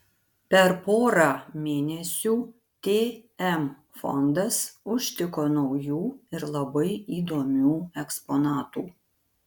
per porą mėnesių tm fondas užtiko naujų ir labai įdomių eksponatų